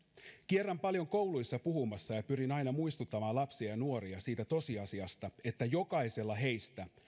kierrän paljon kouluissa puhumassa ja pyrin aina muistuttamaan lapsia ja nuoria siitä tosiasiasta että jokaisella heistä